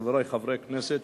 חברי חברי הכנסת,